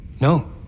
No